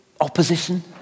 opposition